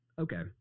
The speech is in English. Okay